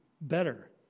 better